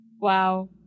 Wow